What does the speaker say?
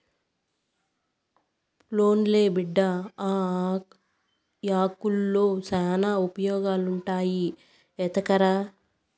పోన్లే బిడ్డా, ఆ యాకుల్తో శానా ఉపయోగాలుండాయి ఎత్తకరా